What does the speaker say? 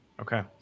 Okay